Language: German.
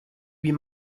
wie